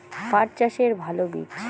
পাঠ চাষের ভালো বীজ?